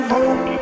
Hope